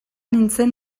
nintzen